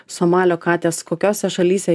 somalio katės kokiose šalyse